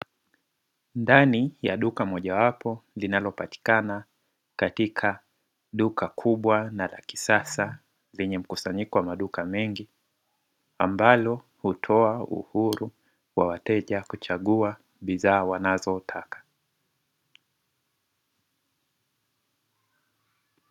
Ndani ya duka moja wapo linalopatikana katika duka kubwa na la kisasa na lenye mkusanyiko wa maduka mengi, ambalo hutoa uhuru kwa wateja kuchagua bidhaa wanazotaka.